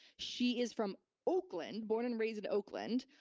she is from oakland, born and raised in oakland.